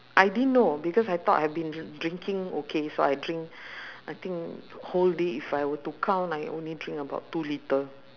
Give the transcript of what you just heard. I didn't know because I thought I have been drinking okay so I drink I think whole day if I were to count I only drink about two litre